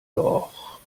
doch